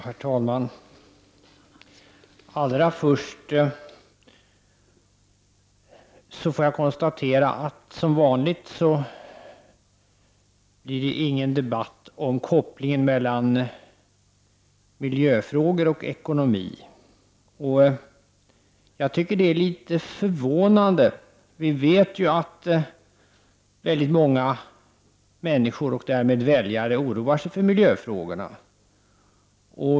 Herr talman! Allra först konstaterar jag att det som vanligt inte blir någon debatt om kopplingen mellan miljöfrågor och ekonomi. Jag tycker att det är litet förvånande. Vi vet ju att väldigt många människor och därmed väljare oroar sig för miljöfrågorna.